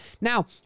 Now